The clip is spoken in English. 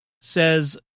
says